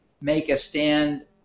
Make-a-Stand